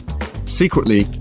Secretly